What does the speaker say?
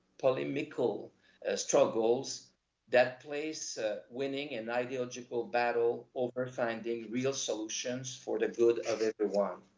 polemical struggles that place winning an ideological battle over finding real solutions for the good of everyone.